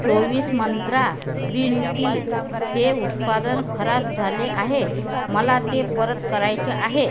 चोवीस Mantra green tea हे उत्पादन खराब झाले आहे मला ते परत करायचे आहे